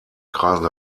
kreisen